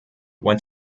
went